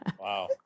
Wow